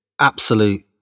absolute